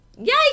yay